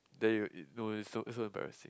there you no it's so it's so embarrassing